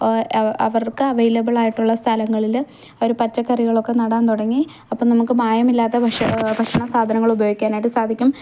അവർക്ക് അവൈലബിൾ ആയിട്ടുള്ള സ്ഥലങ്ങളിൽ അവർ പച്ചക്കറികളൊക്ക നടാൻ തുടങ്ങി അപ്പോൾ നമുക്ക് മായമില്ലാത്ത ഭക്ഷ്യ ഭക്ഷണസാധനങ്ങൾ ഉപയോഗിക്കാനായിട്ട് സാധിക്കും